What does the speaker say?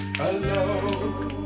alone